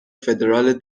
فدرال